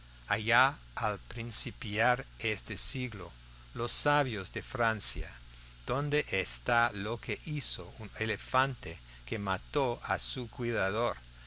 allá al principiar este siglo los sabios de francia donde está lo que hizo un elefante que mató a su cuidador